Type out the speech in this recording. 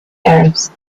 herbs